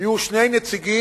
יהיו שני נציגים